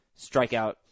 strikeout